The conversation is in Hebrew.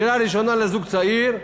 דירה ראשונה לזוג צעיר,